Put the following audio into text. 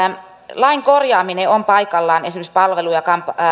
lain korjaaminen on paikallaan esimerkiksi palvelu ja